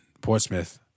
Portsmouth